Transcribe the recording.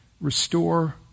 restore